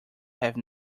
have